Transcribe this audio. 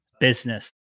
business